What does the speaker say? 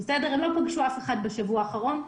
כך שהם לא פגשו אף אחד בשבוע האחרון.